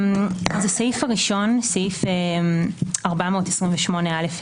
הסעיף הראשון, 428א(ה),